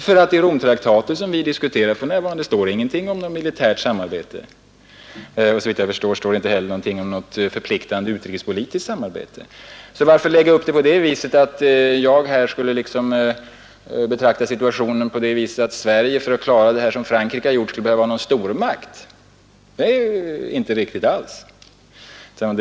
I Romtraktaten som vi diskuterar för närvarande står det inte något om militärt samarbete, och såvitt jag förstår står det inte heller något förpliktande om utrikespolitiskt samarbete. Varför då lägga upp det som om jag här skulle ha betraktat situationen på det sättet att Sverige för att klara detta som Frankrike gjort skulle behöva vara en stormakt? Det är inte alls riktigt.